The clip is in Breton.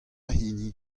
hini